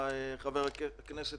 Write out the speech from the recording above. חברים,